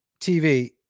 TV